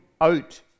out